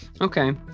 Okay